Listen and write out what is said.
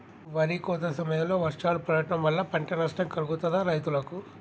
వరి కోత సమయంలో వర్షాలు పడటం వల్ల పంట నష్టం కలుగుతదా రైతులకు?